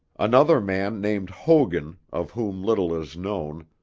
another man named hogan, of whom little is known,